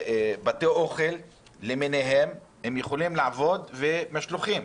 שבתי האוכל למיניהם יכולים לעבוד דרך משלוחים.